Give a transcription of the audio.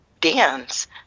dance